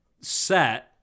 set